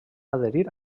adherir